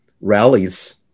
rallies